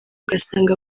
ugasanga